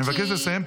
אני מבקש לסיים.